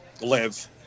live